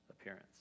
appearance